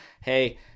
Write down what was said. hey